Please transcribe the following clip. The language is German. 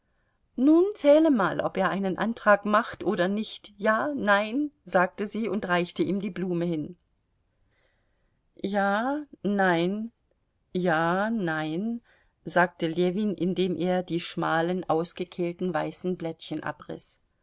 nun zähle mal ob er einen antrag macht oder nicht ja nein sagte sie und reichte ihm die blume hin ja nein ja nein sagte ljewin indem er die schmalen ausgekehlten weißen blättchen abriß